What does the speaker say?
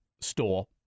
store